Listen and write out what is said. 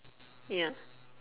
ya